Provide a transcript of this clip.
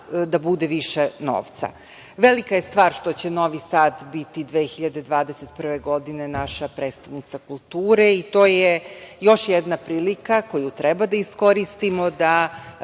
da bude više novca. Velika je stvar što će Novi Sad biti 2021. godine naša prestonica kulture i to je još jedna prilika koju treba da iskoristimo da